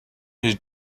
his